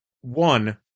One